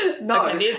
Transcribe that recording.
No